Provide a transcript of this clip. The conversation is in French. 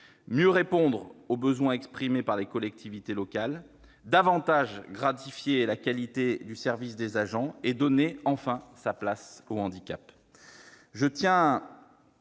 mieux répondre aux besoins exprimés par les collectivités locales, davantage gratifier la qualité du service des agents et donner enfin sa place au handicap.